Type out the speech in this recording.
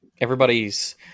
everybody's